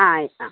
ആ ആ